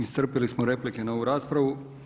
Iscrpili smo replike na ovu raspravu.